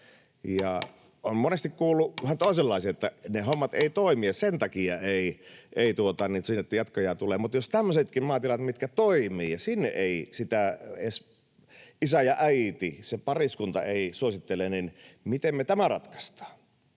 olen monesti kuullut vähän toisenlaisia, että ne hommat eivät toimi, että sen takia ei sinne jatkajaa tule, mutta jos tämmöisilläkin maatiloilla, mitkä toimivat, ei sitä edes isä ja äiti, se pariskunta, suosittele, niin miten me tämä ratkaistaan?